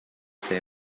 they